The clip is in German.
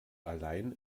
allein